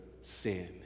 sin